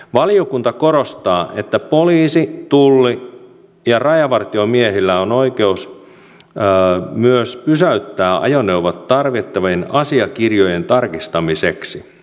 valiokunta korostaa että poliisi tulli ja rajavartiomiehillä on oikeus myös pysäyttää ajoneuvot tarvittavien asiakirjojen tarkistamiseksi